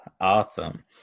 Awesome